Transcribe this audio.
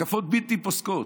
התקפות בלתי פוסקות.